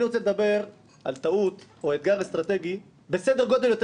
אני רוצה לדבר על טעות או אתגר אסטרטגי בסדר-גודל יותר